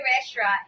restaurant